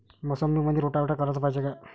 मोसंबीमंदी रोटावेटर कराच पायजे का?